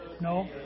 No